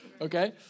Okay